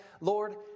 Lord